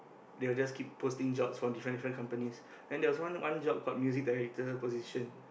they will just keep posting jobs from different different companies and there is one one job called music director position